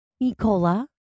Nicola